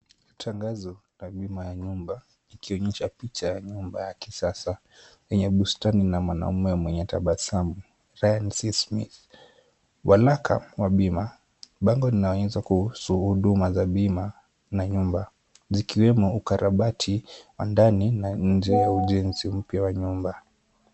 Tangazo la bima ya nyumba, ikionyesha picha ya nyumba ya kisasa, yenye bustani na mwanamume mwenye tabasamu, Ryan Smith, waraka wa bima, bango linaonyesha kuhusu huduma za bima na nyumba, zikiwemo ukarabati wa ndani na nje ya ujenzi mpya wa nyumba.